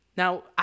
Now